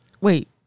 Wait